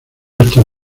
estos